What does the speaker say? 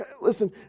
Listen